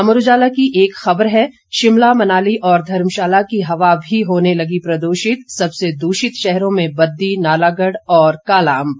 अमर उजाला की एक खबर है शिमला मनाली और धर्मशाला की हवा भी होने लगी प्रदूषित सबसे दूषित शहरों में बद्दी नालागढ और कालाअंब